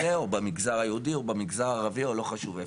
במגזר היהודי או במגזר הערבי או לא חשוב איפה.